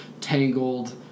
Tangled